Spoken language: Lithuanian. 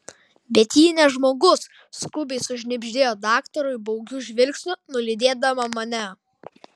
bet ji ne žmogus skubiai sušnibždėjo daktarui baugiu žvilgsniu nulydėdama mane